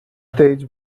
states